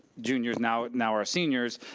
juniors now now are seniors,